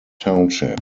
township